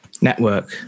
network